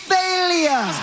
failure